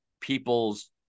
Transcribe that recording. people's